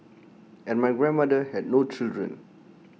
and my grandmother had no children